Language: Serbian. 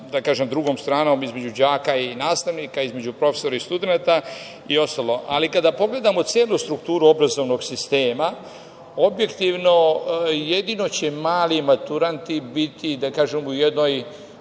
sa drugom stranom, između đaka i nastavnika, između profesora i studenata i ostalo. Kada pogledamo celu strukturu obrazovnog sistema objektivno, jedino će mali maturanti biti u jednoj